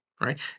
right